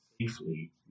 safely